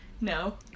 No